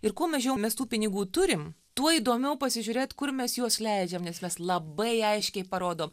ir kuo mažiau mes tų pinigų turim tuo įdomiau pasižiūrėt kur mes juos leidžiam nes mes labai aiškiai parodom